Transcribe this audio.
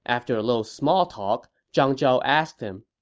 after a little small talk, zhang zhao asked him,